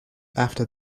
after